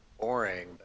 boring